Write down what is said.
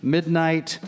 Midnight